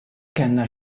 kellna